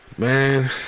Man